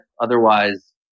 Otherwise